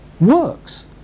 works